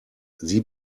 sie